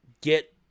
get